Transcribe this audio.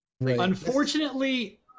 Unfortunately